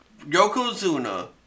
Yokozuna